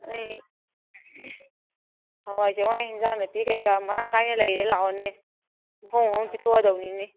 ꯑꯩ ꯍꯋꯥꯏ ꯆꯦꯡꯋꯥꯏ ꯍꯦꯟꯖꯥꯡ ꯅꯥꯄꯤ ꯀꯔꯤ ꯀꯔꯥ ꯃꯔꯥꯡ ꯀꯥꯏꯅ ꯂꯩꯔꯦ ꯂꯥꯛꯑꯣꯅꯦ ꯍꯣꯡꯅ ꯍꯣꯡꯅ ꯄꯤꯊꯣꯛꯑꯗꯧꯅꯤꯅꯦ